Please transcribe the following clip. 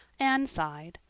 anne sighed.